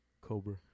Cobra